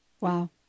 Wow